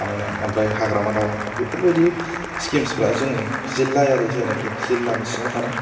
बानायनाय ओमफ्राय हाग्रामा दालां बेफोरबायदि स्किम्सफोरा जोंनि जिल्लायारि जायनाकि जिल्लानि सिङाव थानाय